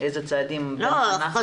איזה צעדים גם אנחנו יכולים לעשות.